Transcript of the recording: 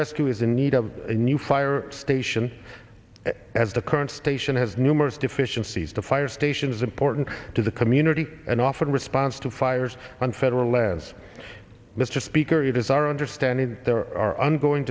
rescue is in need of a new fire station as the current station has numerous deficiencies the fire station is important to the community and offered a response to fires on federal lands mr speaker it is our understanding that there are ongoing